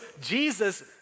Jesus